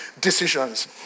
decisions